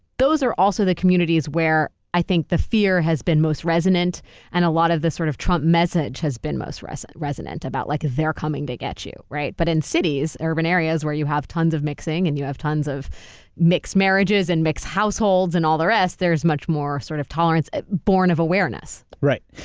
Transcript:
those are also the communities where i think the fear has been most resonant and a lot of the sort of trump message has been most resonant resonant about like they're coming to get you, right? but in cities, urban areas where you have tons of mixing and you have tons of mixed marriages and mixed households and all the rest, there's much more sort of tolerance ah born of awareness. right,